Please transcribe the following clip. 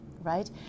right